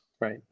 right